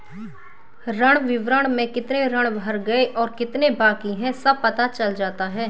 ऋण विवरण में कितने ऋण भर गए और कितने बाकि है सब पता चल जाता है